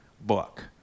book